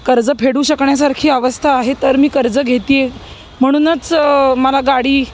कर्ज फेडू शकण्यासारखी अवस्था आहे तर मी कर्ज घेते आहे म्हणूनच मला गाडी